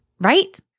right